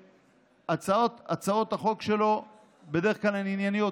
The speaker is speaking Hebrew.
שהצעות החוק שלו בדרך כלל הן ענייניות,